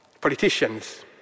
politicians